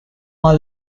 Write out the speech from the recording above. our